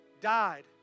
died